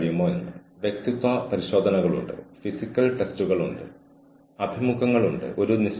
ഞാൻ നിങ്ങളോട് പറയുന്നത് സാഹചര്യം ഉൾപ്പെട്ടിരിക്കുന്ന ആളുകളുടെ ഉൽപാദനത്തെ ബാധിക്കുകയാണെങ്കിൽ ഇത് ആശങ്കയ്ക്ക് കാരണമാകുന്നു